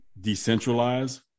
decentralized